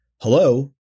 Hello